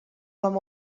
com